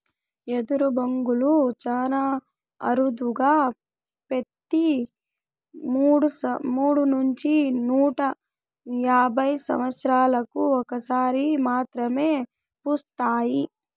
ఎదరు బొంగులు చానా అరుదుగా పెతి మూడు నుంచి నూట యాభై సమత్సరాలకు ఒక సారి మాత్రమే పూస్తాయి